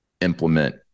implement